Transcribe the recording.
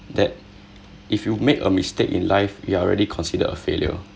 that if you made a mistake in life you are already considered a failure